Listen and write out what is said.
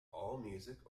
allmusic